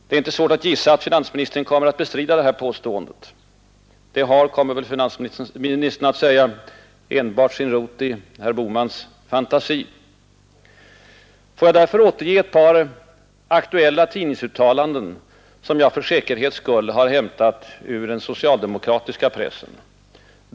Det är inte svårt att gissa att finansministern kommer att bestrida det här påståendet. Det har, kommer väl finansministern att säga, enbart sin rot i ”herr Bohmans fantasi”. Får jag därför återge ett par aktuella tidningsuttalanden, som jag för säkerhets skull har hämtat ur den socialdemokratiska pressen.